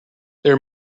there